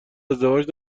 ازدواج